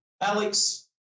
Alex